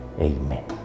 Amen